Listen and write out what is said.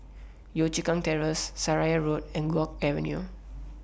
Yio Chu Kang Terrace Seraya Road and Guok Avenue